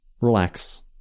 relax